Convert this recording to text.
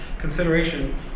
consideration